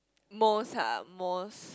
most ah most